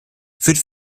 führte